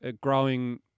growing